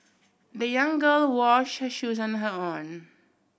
the young girl washed her shoes on her own